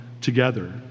together